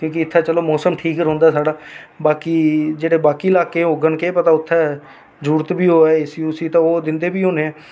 की के इत्थै चलो मौसम ठीक रौंह्दा साढा बाकी जेह्ड़े बाकी लाके होगन केह् पता उत्थै जरूरत बी होऐ एसी उसी दी तां ओह् दिंदे बी होने